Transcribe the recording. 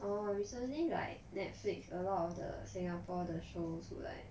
orh recently like Netflix a lot of the singapore 的 show 出来